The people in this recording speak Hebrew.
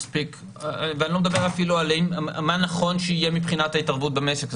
ואני אפילו לא מדבר מה נכון שיהיה מבחינת ההתערבות במשק.